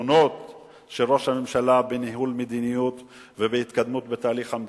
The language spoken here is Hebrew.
הנכונות של ראש הממשלה בניהול מדיניות ובהתקדמות בתהליך המדיני,